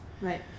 right